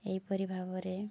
ଏହିପରି ଭାବରେ